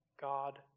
God